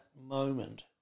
moment